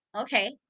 okay